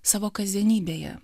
savo kasdienybėje